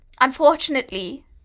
Unfortunately